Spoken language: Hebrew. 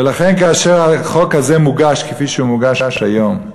ולכן כאשר החוק הזה מוגש כפי שהוא מוגש היום,